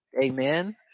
amen